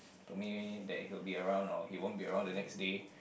to me that he would be around or he won't be around the next day